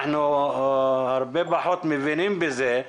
אנחנו הרבה פחות מבינים בזה,